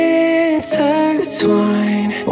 intertwine